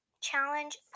Challenge